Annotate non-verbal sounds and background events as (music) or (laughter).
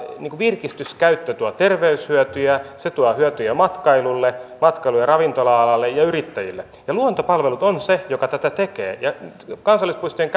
virkistyskäyttö tuo terveyshyötyjä se tuo hyötyjä matkailulle matkailu ja ravintola alalle ja yrittäjille ja luontopalvelut on se joka tätä tekee kun kansallispuistojen (unintelligible)